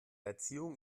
erziehung